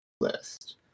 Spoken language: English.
list